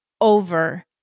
over